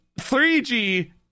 3G